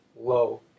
low